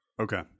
Okay